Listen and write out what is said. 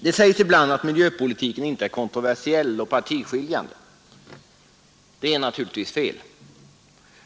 Det sägs ibland att miljöpolitiken inte är kontroversiell och partiskiljande. Det är naturligtvis fel.